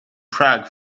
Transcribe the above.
prague